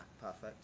perfect